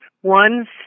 One